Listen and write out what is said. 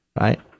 right